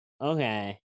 okay